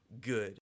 good